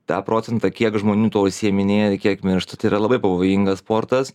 tą procentą kiek žmonių tuo užsiiminėja ir kiek miršta tai yra labai pavojingas sportas